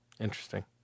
Interesting